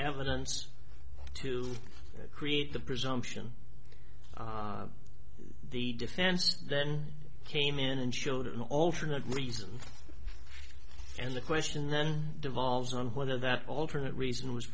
evidence to create the presumption the defense then came in and showed an alternate reason and the question then devolves on whether that alternate reason was